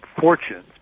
fortunes